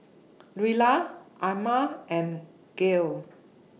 Luella Amma and Gayle